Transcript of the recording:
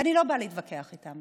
אני לא באה להתווכח איתם,